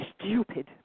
stupid